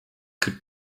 could